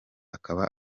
akaba